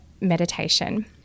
meditation